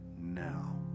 now